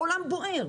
אבל העולם בוער.